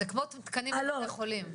זה כמו תקנים לבתי חולים.